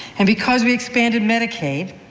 and because we expanded medicaid,